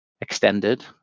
extended